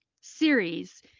series